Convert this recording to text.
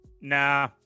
nah